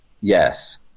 Yes